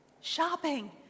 shopping